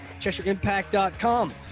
CheshireImpact.com